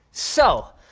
so,